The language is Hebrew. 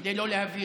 כדי לא להביך.